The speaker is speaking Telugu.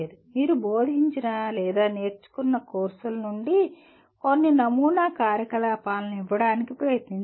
మీరు బోధించిన లేదా నేర్చుకున్న కోర్సుల నుండి కొన్ని నమూనా కార్యకలాపాలను ఇవ్వడానికి ప్రయత్నించండి